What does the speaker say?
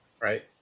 Right